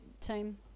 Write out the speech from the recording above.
team